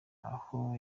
aho